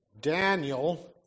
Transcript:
Daniel